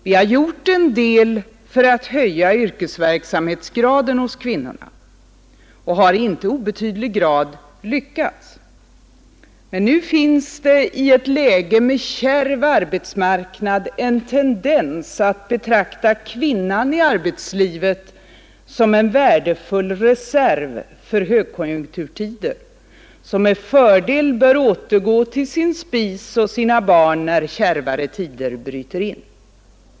Vi har gjort en del för att höja yrkesverksamhetsgraden hos kvinnorna — och har i inte obetydlig omfattning lyckats. Men nu finns det i ett läge med kärv arbetsmarknad en tendens att betrakta kvinnan i arbetslivet som en värdefull reserv för högkonjunkturstider som med fördel bör återgå till sin spis och sina barn när kärvare tider bryter in.